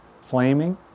flaming